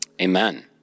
Amen